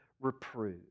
reprove